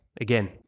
again